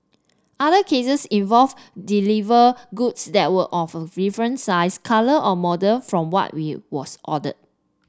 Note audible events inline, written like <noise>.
other cases involved deliver goods that were of a different size colour or model from what <unintelligible> was ordered